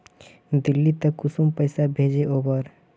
दिल्ली त कुंसम पैसा भेज ओवर?